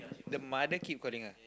the mother keep calling ah